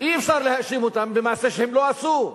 אי-אפשר להאשים אותם במעשה שהם לא עשו,